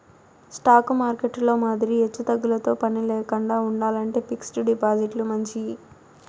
stock మార్కెట్టులో మాదిరి ఎచ్చుతగ్గులతో పనిలేకండా ఉండాలంటే ఫిక్స్డ్ డిపాజిట్లు మంచియి